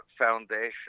foundation